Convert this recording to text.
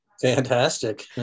Fantastic